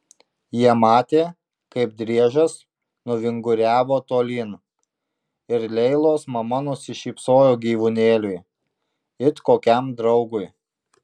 jie matė kaip driežas nuvinguriavo tolyn ir leilos mama nusišypsojo gyvūnėliui it kokiam draugui